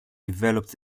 developed